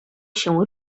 się